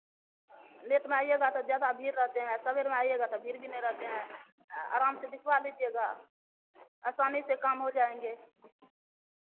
late में आइएगा तो ज़्यादा भीड़ रहते हैं सवेर में आइएगा तो भीड़ भी नहीं रहते हैं आ आराम से दिखवा लीजिएगा आसानी से काम हो जाएँगे